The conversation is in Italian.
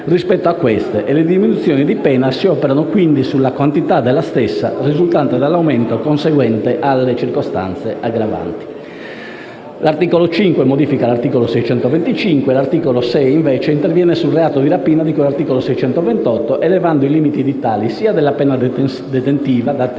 rispetto a queste e le diminuzioni di pena si operano quindi sulla quantità della stessa, risultante dall'aumento conseguente alle circostanze aggravanti. L'articolo 5 modifica l'articolo 625 del codice penale. L'articolo 6 interviene invece sul reato di rapina, di cui all'articolo 628 del codice penale, elevando i limiti edittali sia della pena detentiva, dagli